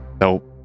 Nope